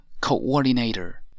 coordinator